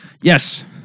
Yes